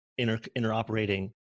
interoperating